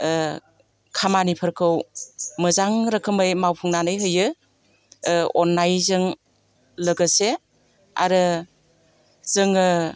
खामानिफोरखौ मोजां रोखोमै मावफुंनानै होयो अननायजों लोगोसे आरो जोङो